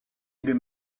est